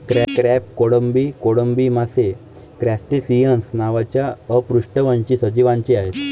crab, कोळंबी, कोळंबी मासे क्रस्टेसिअन्स नावाच्या अपृष्ठवंशी सजीवांचे आहेत